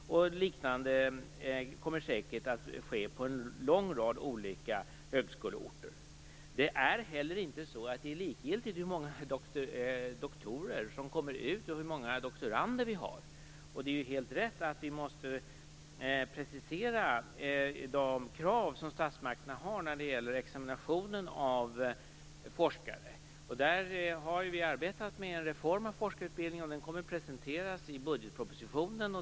Liknande åtgärder kommer säkert att vidtas på en lång rad olika högskoleorter. Det är heller inte så att det är likgiltigt hur många doktorer som kommer ut och hur många doktorander vi har. Det är helt rätt att vi måste precisera de krav som statsmakterna har när det gäller examinationen av forskare. Vi har arbetat med en reform av forskarutbildningen, som kommer att presenteras i budgetpropositionen.